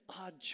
odd